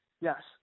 yes